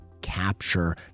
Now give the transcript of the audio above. capture